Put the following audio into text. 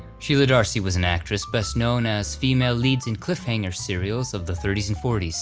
sheila darcy was an actress best known as female leads in cliffhanger serials of the thirty s and forty s,